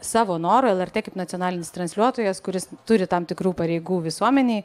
savo noru lrt kaip nacionalinis transliuotojas kuris turi tam tikrų pareigų visuomenei